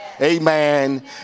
Amen